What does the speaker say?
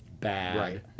bad